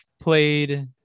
played